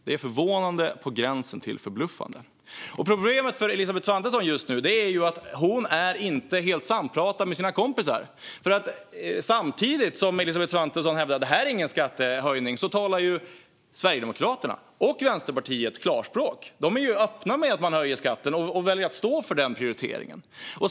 Det är förvånande på gränsen till förbluffande. Problemet för Elisabeth Svantesson just nu är att hon inte är helt sampratad med sina kompisar. Samtidigt som Elisabeth Svantesson hävdar att det här inte är någon skattehöjning talar ju Sverigedemokraterna och Vänsterpartiet klarspråk. De är öppna med att man höjer skatten och väljer att stå för den prioriteringen.